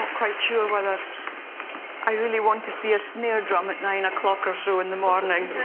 quite sure whether i really want to see a snare drum at nine o'clock or so in the morning.